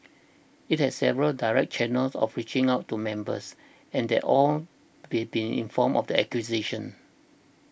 it has several direct channels of reaching out to members and that all have been informed of the acquisition